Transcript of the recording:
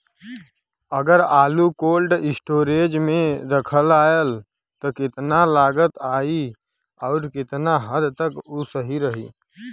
अगर आलू cold storage में रखायल त कितना लागत आई अउर कितना हद तक उ सही रही?